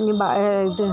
ನಿಮ್ಮ ಬಾ ಇದು